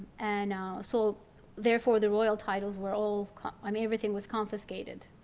and so therefore the royal titles were all i mean everything was confiscated,